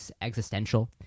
existential